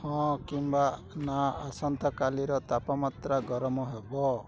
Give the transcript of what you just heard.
ହଁ କିମ୍ବା ନା ଆସନ୍ତାକାଲିର ତାପମାତ୍ରା ଗରମ ହେବ